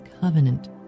covenant